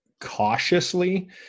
cautiously